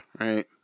right